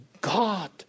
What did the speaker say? God